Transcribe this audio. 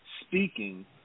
speaking